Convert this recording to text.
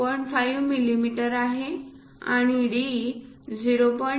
5 millimetre आहे आणि d 0